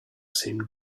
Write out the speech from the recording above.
seemed